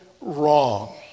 wrong